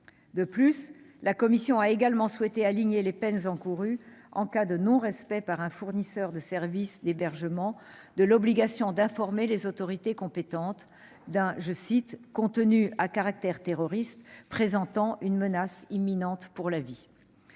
mixte paritaire a également souhaité aligner les peines encourues en cas de non-respect par un fournisseur de services d'hébergement de son obligation d'informer les autorités compétentes d'un « contenu à caractère terroriste présentant une menace imminente pour la vie